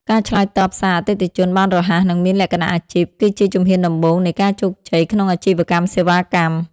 ការឆ្លើយតបសារអតិថិជនបានរហ័ស និងមានលក្ខណៈអាជីព គឺជាជំហានដំបូងនៃការជោគជ័យក្នុងអាជីវកម្មសេវាកម្ម។